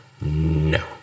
No